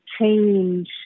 change